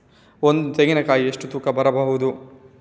ಒಂದು ತೆಂಗಿನ ಕಾಯಿ ಎಷ್ಟು ತೂಕ ಬರಬಹುದು?